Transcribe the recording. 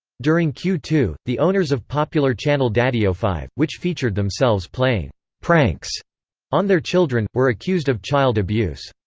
during q two, the owners of popular channel daddyofive, which featured themselves playing pranks on their children, were accused of child abuse.